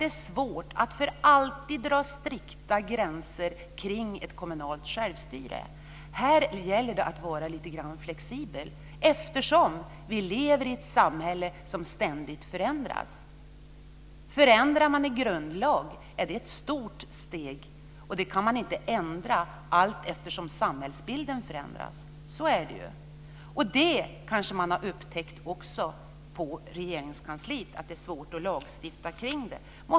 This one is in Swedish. Det är svårt att för alltid dra strikta gränser kring ett kommunalt självstyre. Här gäller det att vara lite grann flexibel, eftersom vi lever i ett samhälle som ständigt förändras. Att ändra i grundlag är ett stort steg, som inte kan justeras allteftersom samhällsbilden förändras. Så är det, och man har kanske upptäckt också på Regeringskansliet att det är svårt att lagstifta om detta.